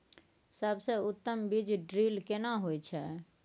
सबसे उत्तम बीज ड्रिल केना होए छै?